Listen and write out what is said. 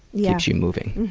yeah. keeps you moving.